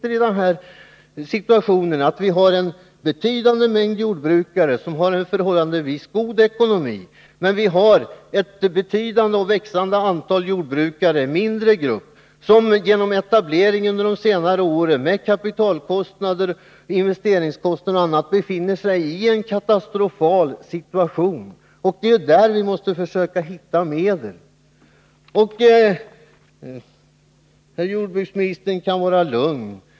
Vad som är motsägelsefullt är ju att vi har en betydande mängd jordbrukare med förhållandevis god ekonomi och att vi samtidigt har ett stort och växande antal jordbrukare — visserligen en mindre grupp — som genom etableringar under senare år har fått kapitalkostnader, investeringskostnader och annat som gör att de befinner sig i en katastrofal situation. Det är ju mot deras problem vi måste försöka hitta medel. Jordbruksministern kan vara lugn.